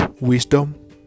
wisdom